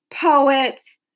poets